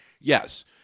yes